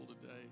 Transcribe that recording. today